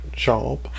job